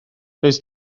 does